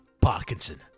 Parkinson